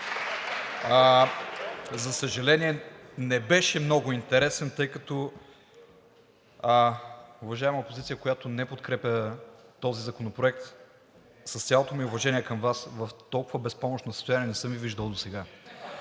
за съжаление, не беше много интересен, тъй като опозицията, която не подкрепя този законопроект, с цялото ми уважение към Вас, в толкова безпомощно състояние не съм Ви виждал досега.